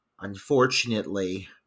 unfortunately